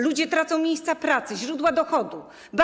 Ludzie tracą miejsca pracy, źródła dochodu.